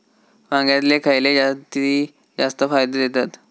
वांग्यातले खयले जाती जास्त फायदो देतत?